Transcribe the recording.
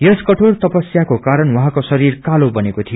यस कठोर तपस्याको कारण उहाँको शरीर कालो बनेको थियो